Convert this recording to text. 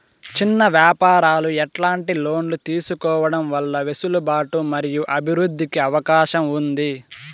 చిన్న వ్యాపారాలు ఎట్లాంటి లోన్లు తీసుకోవడం వల్ల వెసులుబాటు మరియు అభివృద్ధి కి అవకాశం ఉంది?